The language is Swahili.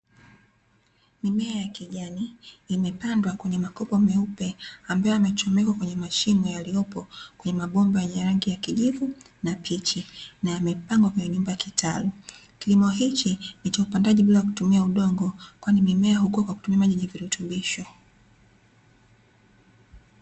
Mimea ya kijani imepandwa kwenye makopo meupe, ambayo yamechomekwa kwenye mashimo yaliyopo kwenye mabomba yenye rangi ya kijivu na pichi, na yamepangwa kwenye nyumba kitalu. Kilimo hichi ni cha upandaji bila kutumia udongo, kwani mimea inakua kwa kutumia maji yenye virutubisho.